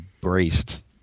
braced